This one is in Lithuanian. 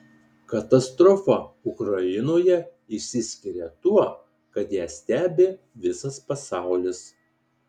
katastrofa ukrainoje išsiskiria tuo kad ją stebi visas pasaulis